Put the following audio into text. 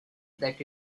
that